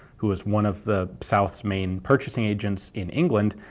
who was one of the south's main purchasing agents in england,